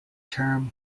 term